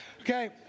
Okay